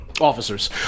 officers